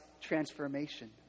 transformation